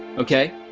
okay?